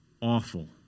Awful